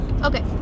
Okay